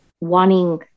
wanting